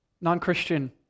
Non-Christian